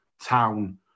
Town